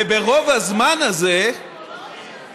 וברוב הזמן הזה אתם,